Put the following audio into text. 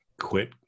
quit